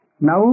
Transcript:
Now